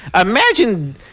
imagine